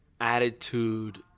attitude